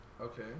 Okay